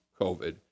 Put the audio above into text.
COVID